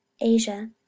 asia